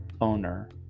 owner